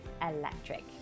electric